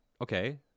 okay